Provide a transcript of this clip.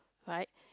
right